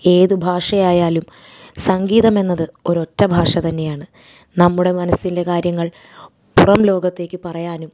ഏത് ഭാഷ ആയാലും സംഗീതം എന്നത് ഒരൊറ്റ ഭാഷ തന്നെയാണ് നമ്മുടെ മനസ്സിലെ കാര്യങ്ങൾ പുറം ലോകത്തേക്ക് പറയാനും